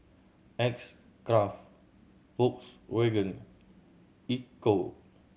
X Craft Volkswagen Ecco